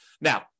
Now